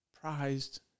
prized